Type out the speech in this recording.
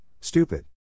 stupid